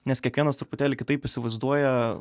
nes kiekvienas truputėlį kitaip įsivaizduoja